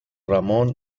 ramón